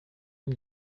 him